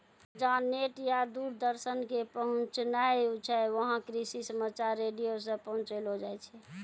जहां नेट या दूरदर्शन के पहुंच नाय छै वहां कृषि समाचार रेडियो सॅ पहुंचैलो जाय छै